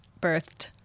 birthed